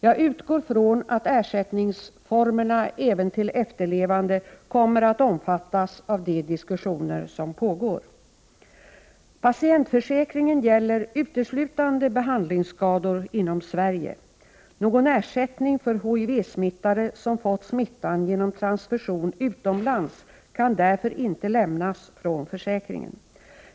Jag utgår från att även formerna för ersättning till efterlevande kommer att omfattas av de diskussioner som pågår. Patientförsäkringen gäller uteslutande behandlingsskador inom Sverige. Någon ersättning till HIV-smittade som fått smittan genom transfusion utomlands kan därför inte lämnas från försäkringen.